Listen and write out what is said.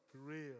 Real